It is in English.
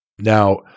Now